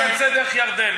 הם יכולים לצאת דרך ירדן.